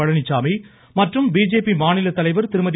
பழனிச்சாமி மற்றும் பிஜேபி மாநில தலைவர் திருமதி